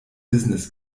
business